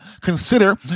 consider